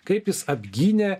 kaip jis apgynė